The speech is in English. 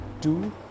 two